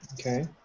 Okay